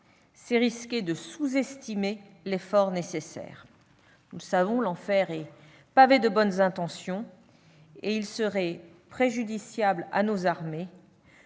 c'est risquer de sous-estimer l'effort nécessaire. Nous le savons, l'enfer est pavé de bonnes intentions. À cet égard, il serait préjudiciable à nos armées